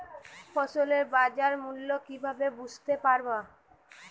ফসলের বাজার মূল্য কিভাবে বুঝতে পারব?